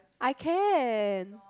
I can